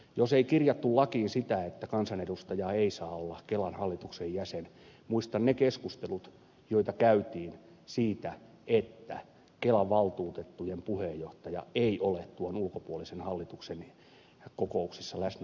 jos ei kirjattu lakiin sitä että kansanedustaja ei saa olla kelan hallituksen jäsen muistan ne keskustelut joita käytiin siitä että kelan valtuutettujen puheenjohtaja ei ole tuon ulkopuolisen hallituksen kokouksissa läsnäolo ja puheoikeudella